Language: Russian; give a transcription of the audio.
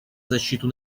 защиту